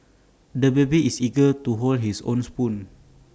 the baby is eager to hold his own spoon